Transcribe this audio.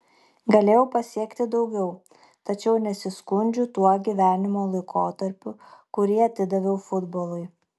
galėjau pasiekti daugiau tačiau nesiskundžiu tuo gyvenimo laikotarpiu kurį atidaviau futbolui